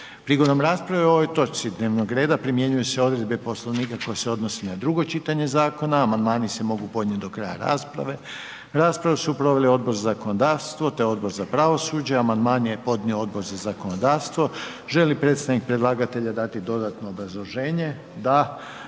Prigodom rasprave o ovoj točki dnevnog reda primjenjuju se odredbe Poslovnika koje se odnose na drugo čitanje zakona. Amandmani se mogu podnijeti do kraja rasprave. Raspravu su proveli Odbor za zakonodavstvo i Odbor za gospodarstvo, a amandman je podnio Odbor za zakonodavstvo. Molio bih sada predstavnika predlagatelja da da dodatno obrazloženje.